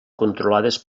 controlades